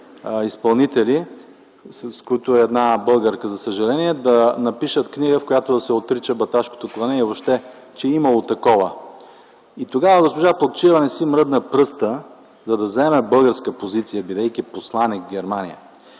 изпълнители, сред които една българка, за съжаление, да напишат книга, в която да се отрича баташкото клане и въобще, че е имало такова. Тогава госпожа Плугчиева не си мръдна пръста, за да заеме българска позиция, бидейки посланик в Германия.